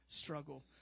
struggle